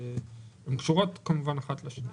והן קשורות כמובן האחת לשנייה.